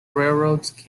railroads